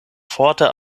forte